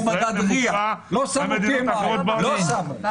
שמו מדד RIA. --- חברים.